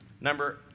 Number